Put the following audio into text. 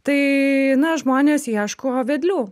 tai na žmonės ieško vedlių